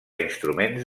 instruments